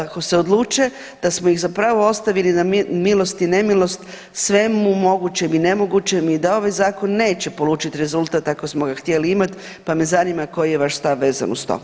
Ako se odluče da smo iz zapravo ostavili na milost i nemilost svemu mogućem i nemogućem i da ovaj zakon neće polučiti rezultat ako smo ga htjeli imati, pa me zanima koji je vaš stav vezan uz to.